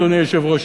אדוני היושב-ראש,